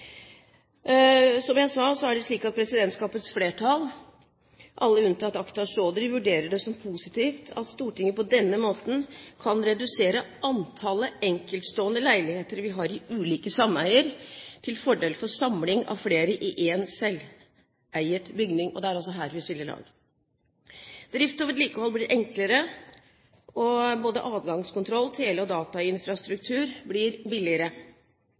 Som jeg sa, er det slik at presidentskapets flertall – alle unntatt Akhtar Chaudhry – vurderer det som positivt at Stortinget på denne måten kan redusere antallet enkeltstående leiligheter vi har i ulike sameier, til fordel for samling av flere i én selveiet bygning. Det er altså her vi skiller lag. Drift og vedlikehold blir enklere, og både adgangskontroll og tele- og datainfrastruktur blir billigere.